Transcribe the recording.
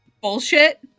bullshit